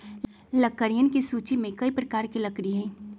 लकड़ियन के सूची में कई प्रकार के लकड़ी हई